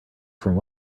from